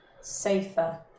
Safer